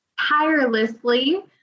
tirelessly